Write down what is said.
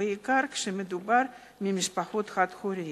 בעיקר כשמדובר במשפחות חד-הוריות.